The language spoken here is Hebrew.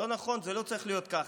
זה לא צריך להיות ככה.